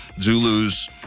Zulus